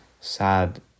sad